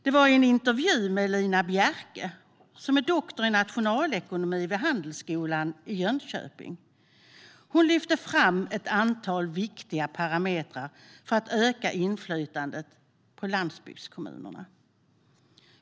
I en intervju med Lina Bjerke, som är doktor i nationalekonomi vid Handelshögskolan i Jönköping, lyfter hon fram ett antal viktiga parametrar för att öka inflyttningen till landsbygdskommunerna.